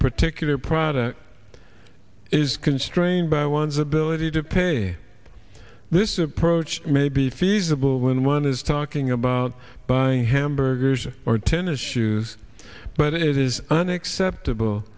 particular product is constrained by one's ability to pay this approach may be feasible when one is talking about buying hamburgers or tennis shoes but it is unacceptable